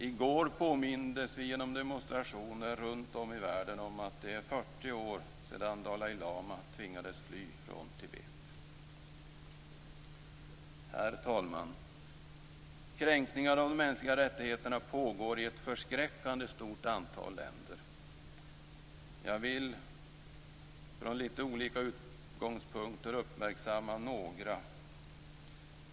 I går påmindes vi genom demonstrationer runtom i världen om att det är 40 år sedan Dalai lama tvingades fly från Tibet. Herr talman! Kränkningarna av de mänskliga rättigheterna pågår i ett förskräckande stort antal länder. Jag vill från lite olika utgångspunkter uppmärksamma några.